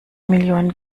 millionen